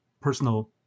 personal